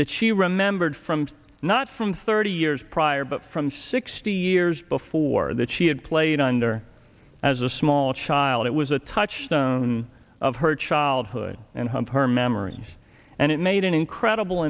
that she remembered from not from thirty years prior but from sixty years before that she had played under as a small child it was a touchstone of her childhood and home her memories and it made an incredible